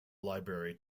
library